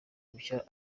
ubushyo